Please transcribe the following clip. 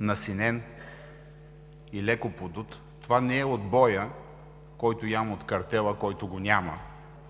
насинен и леко подут, това не е от боя, който ям от картела, който го няма